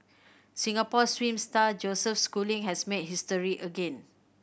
Singapore swim star Joseph Schooling has made history again